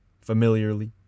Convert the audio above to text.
familiarly